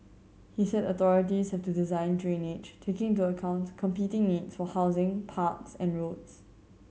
he said authorities have to design drainage taking into account competing needs for housing parks and roads